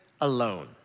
alone